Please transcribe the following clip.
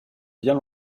bien